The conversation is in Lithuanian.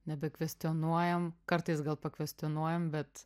nebekvestionuojam kartais gal pakvestionuojam bet